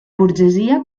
burgesia